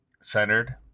centered